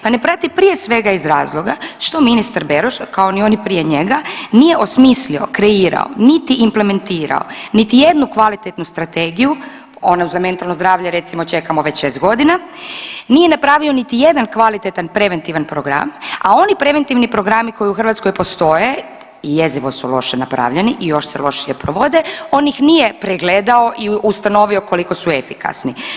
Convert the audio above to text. Pa ne prati prije svega iz razloga što ministar Beroš, kao ni oni prije njega nije osmislio, kreirao niti implementirao niti jednu kvalitetnu strategiju, onu za mentalno zdravlje, recimo, čekamo već 6 godina, nije napravio niti jedan kvalitetan preventivan program, a oni preventivni programi koji u Hrvatskoj postoje, jezivo su loše napravljeni i još se lošije provode, on ih nije pregledao i ustanovio koliko su efikasni.